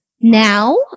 Now